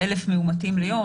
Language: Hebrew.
1,000 מאומתים ליום,